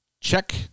Check